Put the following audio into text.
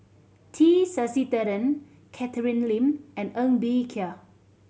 T Sasitharan Catherine Lim and Ng Bee Kia